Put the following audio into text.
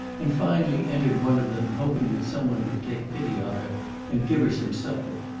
and, finally, entered one of them, hoping that some one would take pity on her and give her some supper.